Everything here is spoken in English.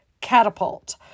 catapult